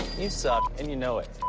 you suck and you know it.